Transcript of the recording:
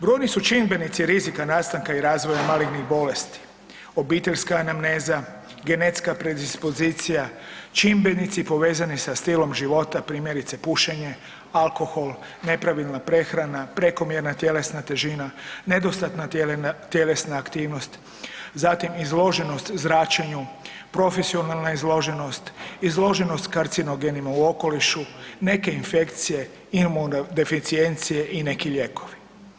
Brojni su čimbenici rizika nastanka i razvoja malignih bolesti, obiteljska anamneza, genetska predispozicija, čimbenici povezani sa stilom života primjerice pušenje, alkohol, nepravilna prehrana, prekomjerna tjelesna težina, nedostatna tjelesna aktivnost zatim izloženost zračenju, profesionalne izloženost, izloženost karcinogenima u okolišu, neke infekcije, imunodeficijencije i neki lijekovi.